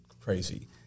crazy